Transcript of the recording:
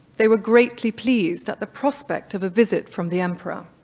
they were greatly pleased at the prospect of a visit from the emperor.